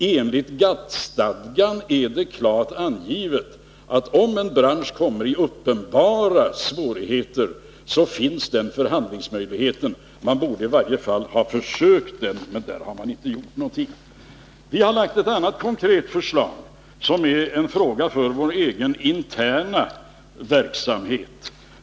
I GATT-stadgan står det klart angivet att om en bransch kommer i uppenbara svårigheter, så finns den förhandlingsmöjligheten — man borde i varje fall ha försökt att utnyttja den, men i det avseendet har man inte gjort någonting. Vi har lagt fram ett annat konkret förslag, som är en fråga för vår egen interna verksamhet.